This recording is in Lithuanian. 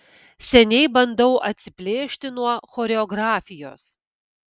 seniai bandau atsiplėšti nuo choreografijos